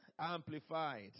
Amplified